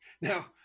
Now